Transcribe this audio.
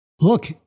Look